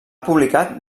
publicat